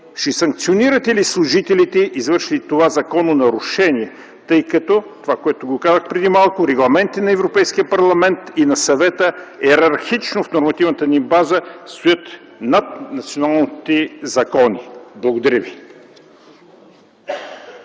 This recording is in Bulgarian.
ще санкционирате ли служителите, извършили това закононарушение, тъй като регламентите на Европейския парламент и на Съвета йерархично в нормативната ни база стоят над националните закони? Благодаря ви.